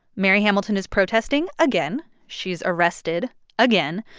mary hamilton is protesting again. she's arrested again.